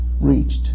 reached